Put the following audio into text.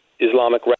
Islamic